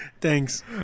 Thanks